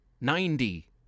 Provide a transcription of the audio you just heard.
ninety